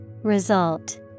Result